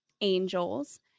angels